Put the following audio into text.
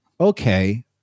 okay